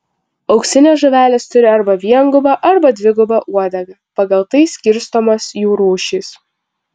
auksinės žuvelės turi arba viengubą arba dvigubą uodegą pagal tai skirstomos jų rūšys